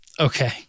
Okay